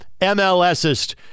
mlsist